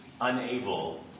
unable